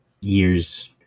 years